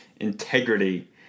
integrity